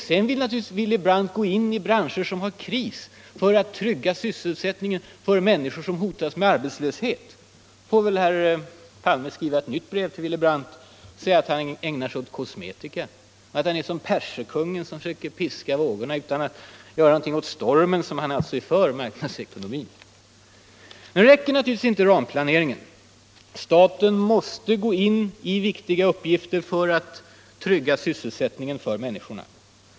Sedan vill naturligtvis Willy Brandt gå in i branscher som har kris för att trygga sysselsättningen för människor som hotas av arbetslöshet. Herr Palme får väl skriva ett nytt brev till Willy Brandt och säga att han då ägnar sig åt ”kosmetika”, att han är som perserkonungen, som försöker piska vågorna utan att göra någonting åt stormen. Det räcker naturligtvis inte med ramplanering. Staten måste vidta åtgärder för att trygga sysselsättningen för människorna.